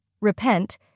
repent